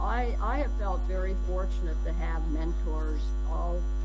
i have felt very fortunate to have mentors. oh,